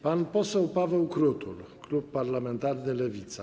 Pan poseł Paweł Krutul, klub parlamentarny Lewica.